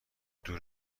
دور